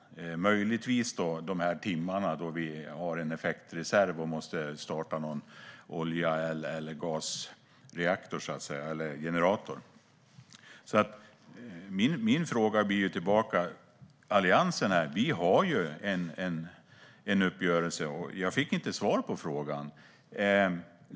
Det gäller möjligtvis de timmar då vi har en effektreserv och måste starta någon generator som går på olja eller gas. Jag har en fråga tillbaka. Alliansen har en uppgörelse. Jag fick inte svar på frågan.